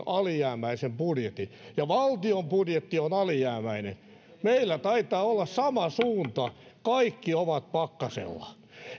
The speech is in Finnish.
alijäämäisen budjetin ja valtion budjetti on alijäämäinen meillä taitaa olla sama suunta kaikki ovat pakkasella